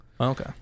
okay